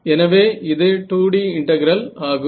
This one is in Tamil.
எனவே இது 2D இன்டெகிரல் ஆகும்